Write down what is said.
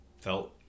felt